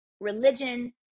religion